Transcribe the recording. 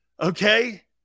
okay